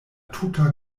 tuta